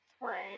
right